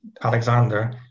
Alexander